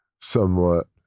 somewhat